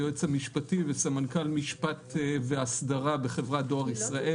היועץ המשפטי וסמנכ"ל משפט ואסדרה בחברת דואר ישראל.